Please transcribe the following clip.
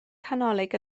canolog